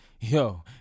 yo